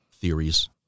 theories